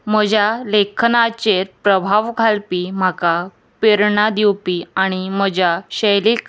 म्हज्या लेखनाचेर प्रभाव घालपी म्हाका प्रेरणा दिवपी आनी म्हज्या शैलीक